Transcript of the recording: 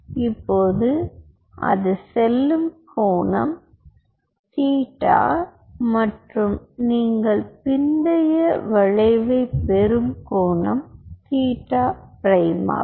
இப்போது அது செல்லும் கோணம் தீட்டா மற்றும் நீங்கள் பிந்தைய வளைவைப் பெறும் கோணம் தீட்டா பிரைமாகும்